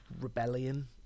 rebellion